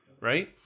right